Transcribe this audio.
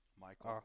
Michael